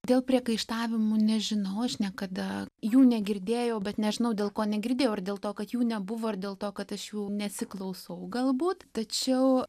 dėl priekaištavimų nežinau aš niekada jų negirdėjau bet nežinau dėl ko negirdėjau ar dėl to kad jų nebuvo ir dėl to kad aš jų nesiklausau galbūt tačiau